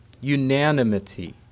unanimity